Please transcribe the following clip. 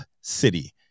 city